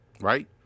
right